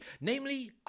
Namely